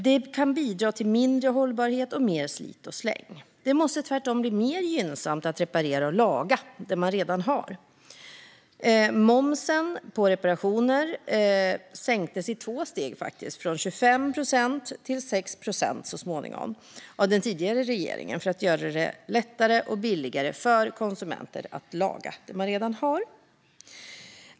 Det kan bidra till mindre hållbarhet och mer slit och släng. Det måste tvärtom bli mer gynnsamt att reparera och laga det som man redan har. Momsen på reparationer sänktes i två steg från 25 procent till 6 procent så småningom av den tidigare regeringen för att göra det lättare och billigare för konsumenter att laga det som man redan har.